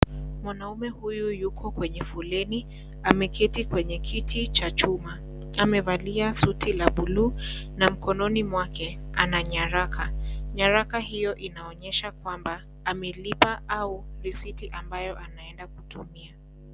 Mwanaume huyu yuko kwenye foleni, ameketi kwenye kiti cha chuma. Amevalia suti la blue na mkononi mwake ana nyaraka. Nyaraka hiyo inaonyesha kwamba amelipa au riciti ambayo anaenda kutumia.